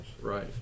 Right